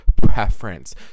preference